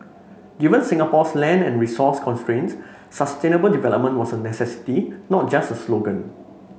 given Singapore's land and resource constraints sustainable development was a necessity not just a slogan